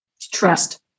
Trust